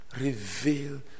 reveal